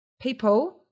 people